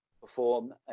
perform